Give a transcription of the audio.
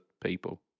people